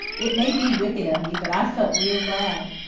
it may be wicked of me, but i felt real glad.